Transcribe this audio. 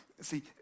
See